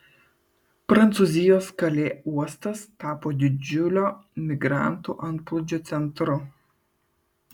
prancūzijos kalė uostas tapo didžiulio migrantų antplūdžio centru